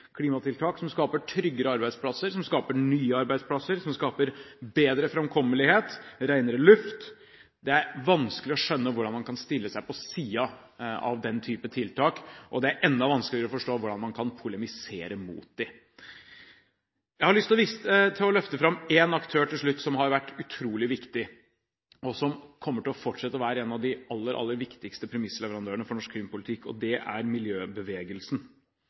klimatiltak som skaper tryggere arbeidsplasser, som skaper nye arbeidsplasser, som skaper bedre framkommelighet og renere luft. Det er vanskelig å skjønne hvordan man kan stille seg på siden av den typen tiltak, og det er enda vanskeligere å forstå hvordan man kan polemisere mot dem. Jeg har til slutt lyst til å løfte fram én aktør som har vært utrolig viktig, og som kommer til å fortsette å være en av de aller, aller viktigste premissleverandørene for norsk klimapolitikk, og det er miljøbevegelsen.